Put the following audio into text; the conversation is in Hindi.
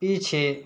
पीछे